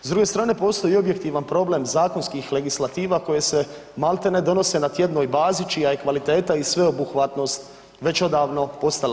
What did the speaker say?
S druge strane postoji objektivan problem zakonskih legislativa koje se, maltene donose na tjednoj bazi čija je kvaliteta i sveobuhvatnost već odavno postala